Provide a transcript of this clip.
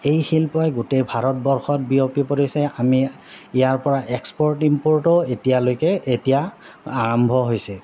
এই শিল্পই গোটেই ভাৰতবৰ্ষত বিয়পি পৰিছে আমি ইয়াৰ পৰা এক্সপৰ্ট ইম্পৰ্টও এতিয়ালৈকে এতিয়া আৰম্ভ হৈছে